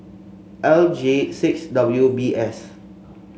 L J six W B S